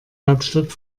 hauptstadt